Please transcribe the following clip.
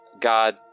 God